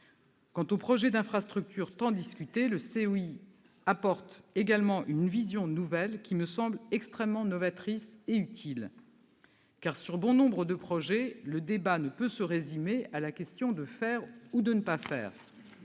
Quant aux projets d'infrastructures tant discutés, le COI a apporté au débat une vision nouvelle, qui me semble extrêmement novatrice et utile. En effet, sur bon nombre de projets, le débat ne peut se résumer à la question de faire ou de ne pas faire.